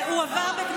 למה הוא לא עבר?